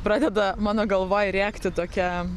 pradeda mano galvoj rėkti tokia